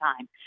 time